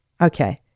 Okay